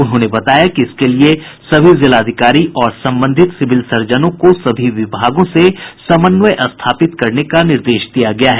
उन्होंने बताया कि इसके लिए सभी जिलाधिकारी और संबंधित सिविल सर्जनों को सभी विभागों से समन्वय स्थापित करने का निर्देश दिया गया है